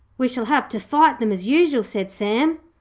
we shall have to fight them, as usual said sam.